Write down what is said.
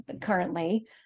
currently